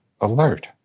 alert